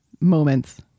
moments